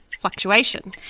fluctuation